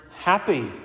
happy